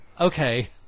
okay